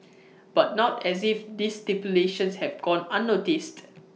but not as if this stipulations have gone unnoticed